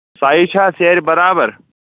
size چھا اَتھ سیرِ برابر